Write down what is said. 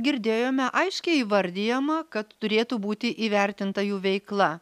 girdėjome aiškiai įvardijama kad turėtų būti įvertinta jų veikla